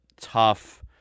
tough